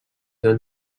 han